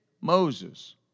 Moses